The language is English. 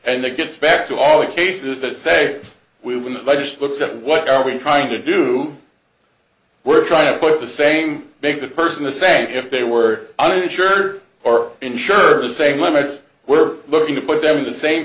and it gets back to all the cases that say we win it by just looks at what are we trying to do we're trying to put the same make the person to say if they were uninsured or insured the same limits were looking to put them in the same